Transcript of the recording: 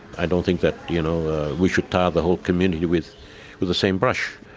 i don't think that you know we should tar the whole community with with the same brush.